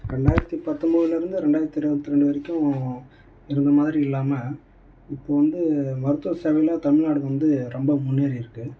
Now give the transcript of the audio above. ரெண்டாயிரத்து பத்தொம்போதுலருந்து ரெண்டாயிரத்து இருபத்ரெண்டு வரைக்கும் இந்தமாதிரி இல்லாமல் இப்போ வந்து மருத்துவ சேவையில தமிழ்நாடு வந்து ரொம்ப முன்னேறிருக்கு